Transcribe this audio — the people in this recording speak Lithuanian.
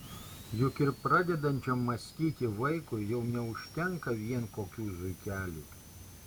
juk ir pradedančiam mąstyti vaikui jau neužtenka vien kokių zuikelių